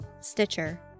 Stitcher